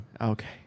Okay